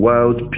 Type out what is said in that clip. Wild